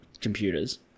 computers